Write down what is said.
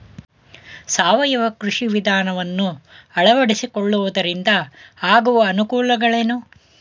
ಸಾವಯವ ಕೃಷಿ ವಿಧಾನವನ್ನು ಅಳವಡಿಸಿಕೊಳ್ಳುವುದರಿಂದ ಆಗುವ ಅನುಕೂಲಗಳೇನು?